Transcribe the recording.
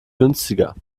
günstiger